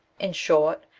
in short,